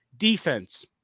Defense